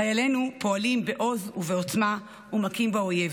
חיילינו פועלים בעוז ובעוצמה ומכים באויב,